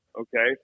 okay